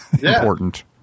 important